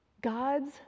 god's